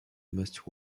must